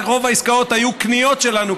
רוב העסקאות היו קניות שלנו,